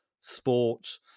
sport